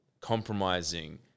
compromising